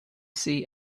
see